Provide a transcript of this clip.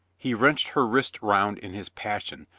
he wrenched her wrist round in his passion,